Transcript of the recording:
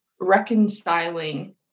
reconciling